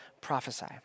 prophesy